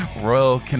Royal